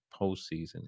postseason